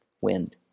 wind